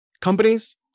companies